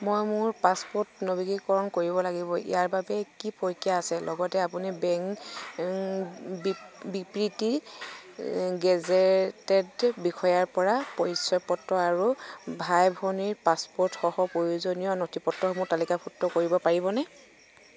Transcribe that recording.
মই মোৰ পাছপোৰ্ট নৱীকৰণ কৰিব লাগিব ইয়াৰ বাবে কি প্ৰক্ৰিয়া আছে লগতে আপুনি বেংক বিবৃতি গেজেটেড বিষয়াৰপৰা পৰিচয় পত্ৰ আৰু ভাই ভনীৰ পাছপ'ৰ্ট সহ প্ৰয়োজনীয় নথিপত্ৰসমূহ তালিকাভুক্ত কৰিব পাৰিবনে